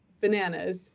bananas